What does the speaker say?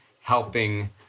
helping